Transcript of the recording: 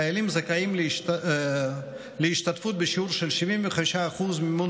החיילים זכאים להשתתפות בשיעור של 75% מימון